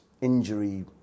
injury